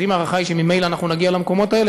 אז אם ההערכה היא שממילא אנחנו נגיע למקומות האלה,